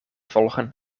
volgen